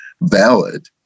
valid